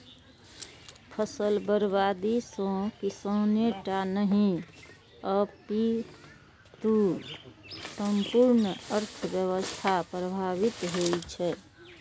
फसल बर्बादी सं किसाने टा नहि, अपितु संपूर्ण अर्थव्यवस्था प्रभावित होइ छै